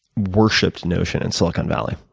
worshipped notion in silicon valley.